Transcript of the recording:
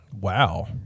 Wow